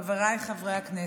חבריי חברי הכנסת,